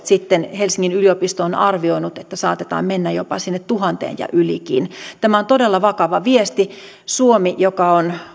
sitten helsingin yliopisto on arvioinut että saatetaan mennä jopa sinne tuhanteen ja ylikin tämä on todella vakava viesti suomi joka on